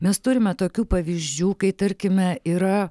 mes turime tokių pavyzdžių kai tarkime yra